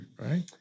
right